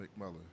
McMullen